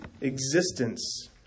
existence